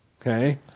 Okay